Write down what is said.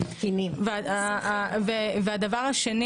והדבר השני